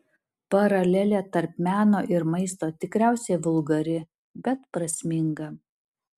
paralelė tarp meno ir maisto tikriausiai vulgari bet prasminga